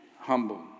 humble